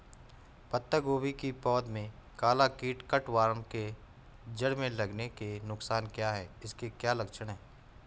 पत्ता गोभी की पौध में काला कीट कट वार्म के जड़ में लगने के नुकसान क्या हैं इसके क्या लक्षण हैं?